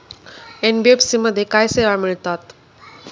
NBFC मध्ये काय सेवा मिळतात?